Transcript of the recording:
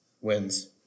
wins